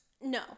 No